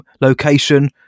location